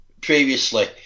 previously